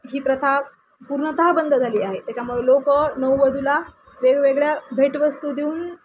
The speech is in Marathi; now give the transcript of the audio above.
ही प्रथा पूर्णतः बंद झाली आहे त्याच्यामुळे लोक नववधूला वेगवेगळ्या भेटवस्तू देऊन